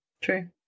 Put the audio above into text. true